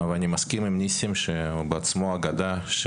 ואני מסכים עם ניסים שהוא בעצמו אגדה,